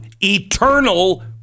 eternal